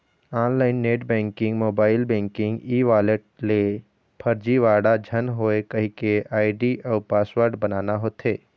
online net banking, mobile banking, e wallet ले फरजीवाड़ा झन होए कहिके आईडी अउ पासवर्ड बनाना होथे